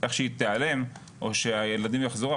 איכשהוא תיעלם או שהילדים יחזרו,